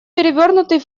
перевернутый